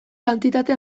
kantitate